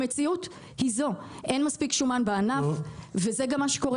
המציאות היא שאין מספיק שומן בענף וזה מה שקורה